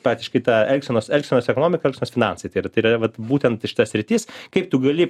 praktiškai tą elgsenos elgsenos ekonomika elgsenos finansai tai yra tai yra vat būtent šita sritis kaip tu gali